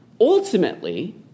Ultimately